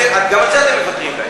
גם על זה אתם מוותרים לה.